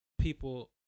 people